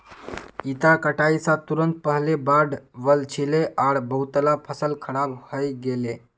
इता कटाई स तुरंत पहले बाढ़ वल छिले आर बहुतला फसल खराब हई गेले